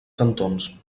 cantons